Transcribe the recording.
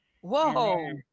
Whoa